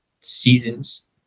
seasons